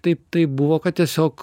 taip taip buvo kad tiesiog